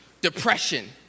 depression